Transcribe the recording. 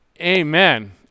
amen